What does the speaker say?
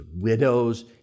widows